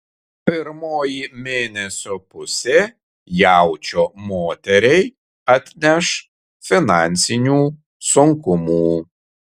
pirmoji mėnesio pusė jaučio moteriai atneš finansinių sunkumų